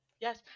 Yes